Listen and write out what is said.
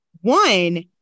One